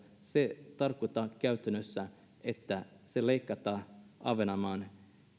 se tarkoittaa käytännössä että leikataan ahvenanmaan